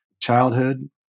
childhood